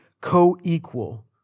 co-equal